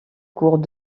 cours